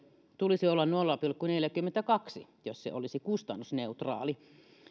tulisi olla nolla pilkku neljäkymmentäkaksi jos se olisi kustannusneutraali